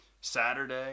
Saturday